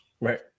right